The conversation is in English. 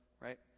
right